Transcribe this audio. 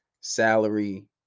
salary